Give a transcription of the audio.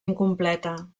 incompleta